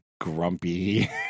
grumpy